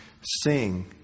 Sing